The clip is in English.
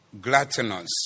gluttonous